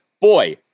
Boy